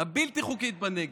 הבלתי-חוקית בנגב.